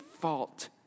fault